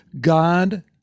God